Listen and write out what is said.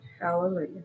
Hallelujah